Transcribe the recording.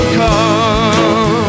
come